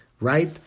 right